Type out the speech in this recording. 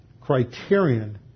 criterion